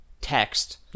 text